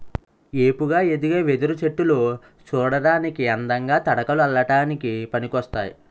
ఏపుగా ఎదిగే వెదురు చెట్టులు సూడటానికి అందంగా, తడకలు అల్లడానికి పనికోస్తాయి